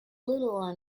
little